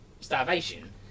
starvation